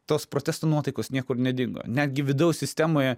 tos protesto nuotaikos niekur nedingo netgi vidaus sistemoje